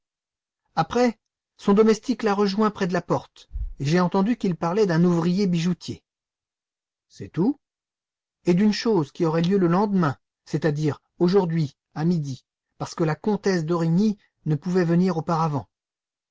après son domestique l'a rejoint près de la porte et j'ai entendu qu'ils parlaient d'un ouvrier bijoutier c'est tout et d'une chose qui aurait lieu le lendemain c'est-à-dire aujourd'hui à midi parce que la comtesse d'origny ne pouvait venir auparavant